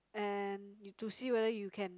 and to see whether you can